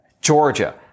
Georgia